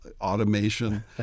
automation